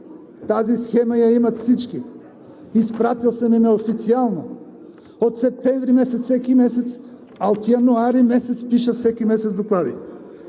Тази схема я имат всички, изпратил съм я неофициално – от септември всеки месец, а от януари пиша всеки месец доклади.